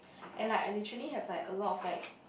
and like I literally have like a lot of like